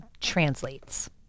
translates